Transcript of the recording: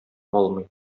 алмый